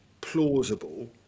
plausible